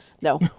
no